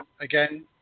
again